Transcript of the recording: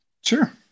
Sure